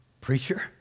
preacher